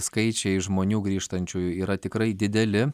skaičiai žmonių grįžtančiųjų yra tikrai dideli